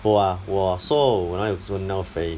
我 ah 我 ah 瘦我哪里有增到肥